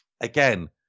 again